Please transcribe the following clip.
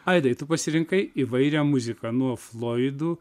aidai tu pasirinkai įvairią muziką nuo fluoidų